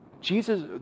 Jesus